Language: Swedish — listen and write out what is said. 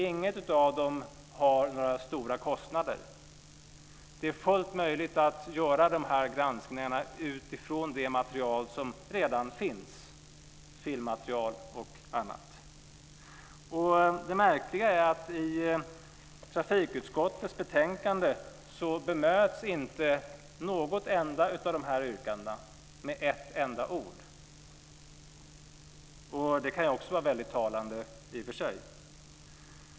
Inget av dem medför några stora kostnader. Det är fullt möjligt att göra granskningarna utifrån det material som redan finns - filmmaterial och annat. Det märkliga är att i trafikutskottets betänkande bemöts inte något enda av dessa yrkanden med ett enda ord. Det kan också vara väldigt talande i och för sig.